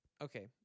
Okay